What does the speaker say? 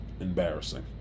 Embarrassing